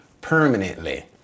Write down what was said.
permanently